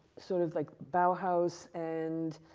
sort of like bauhaus and